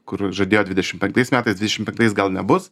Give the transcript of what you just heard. kur žadėjo dvidešim penktais metais dvidešim penktais gal nebus